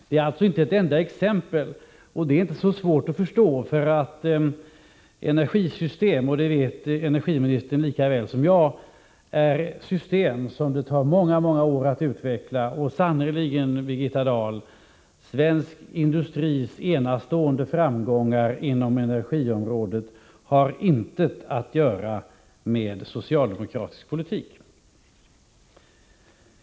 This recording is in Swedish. Jag får alltså inte ett enda exempel, och det är inte så svårt att förstå. Energisystem, och det vet energiministern lika väl som jag, är nämligen system som det tar många år att utveckla. Sannerligen, Birgitta Dahl, svensk industris enastående framgångar inom energiområdet har intet att göra med den socialdemokratiska politiken.